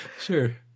Sure